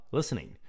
listening